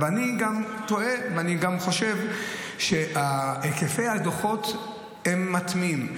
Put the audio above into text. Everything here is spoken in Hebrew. אבל אני גם חושב שהיקפי הדוחות מתמיהים.